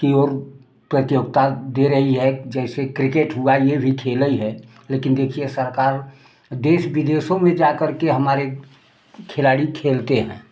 की और प्रतियोगिता दे रही है जैसे क्रिकेट हुआ ये भी खेल ही है लेकिन देखिए सरकार देश विदेशों में जा करके हमारे खिलाड़ी खेलते हैं